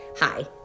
Hi